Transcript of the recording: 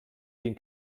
den